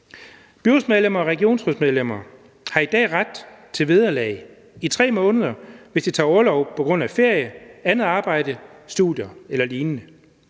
Byrådsmedlemmer og regionsrådsmedlemmer har i dag ret til vederlag i 3 måneder, hvis de tager orlov på grund af ferie, andet arbejde, studier eller lignende.